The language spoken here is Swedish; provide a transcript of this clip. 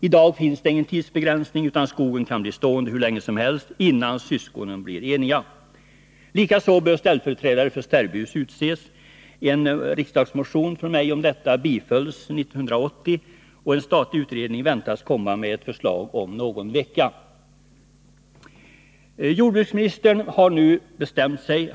I dag finns det ingen tidsbegränsning, utan skogen kan bli stående hur länge som helst innan syskonen enar sig. Likaså bör ställföreträdare för sterbhus utses. En riksdagsmotion från mig om detta bifölls 1980, och en statlig utredning väntas komma med ett förslag om någon vecka. Jordbruksministern har nu bestämt sig.